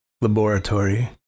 Laboratory